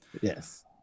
Yes